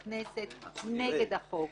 במליאה ובכנסת נגד החוק.